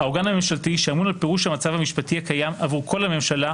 האורגן הממשלתי שאמון על פירוש המצב המשפטי הקיים עבור כל הממשלה,